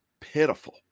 pitiful